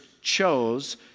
chose